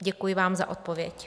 Děkuji vám za odpověď.